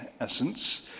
essence